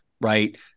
right